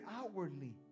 outwardly